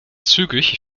zügig